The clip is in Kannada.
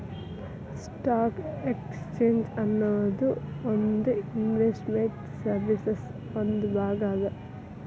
ಸ್ಟಾಕ್ ಎಕ್ಸ್ಚೇಂಜ್ ಅನ್ನೊದು ಒಂದ್ ಇನ್ವೆಸ್ಟ್ ಮೆಂಟ್ ಸರ್ವೇಸಿನ್ ಒಂದ್ ಭಾಗ ಅದ